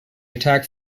attack